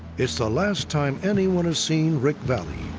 it's the last time anyone has seen rick vallee.